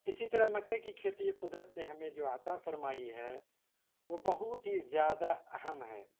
اسی طرح مکئی کی کھیتی قدرت نے ہمیں جو عطا فرمائی ہے وہ بہت ہی زیادہ اہم ہے